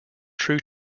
true